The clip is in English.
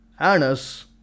anus